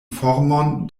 formon